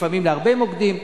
לפעמים להרבה מוקדים,